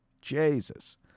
jesus